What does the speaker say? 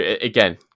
Again